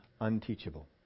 unteachable